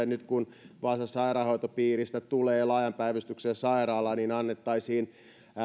nyt kun vaasan sairaanhoitopiiristä tulee laajan päivystyksen sairaala että jos sille annettaisiin